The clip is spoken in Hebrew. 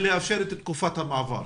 כדי לאפשר את תקופת המעבר,